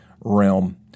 realm